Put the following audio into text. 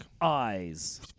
Eyes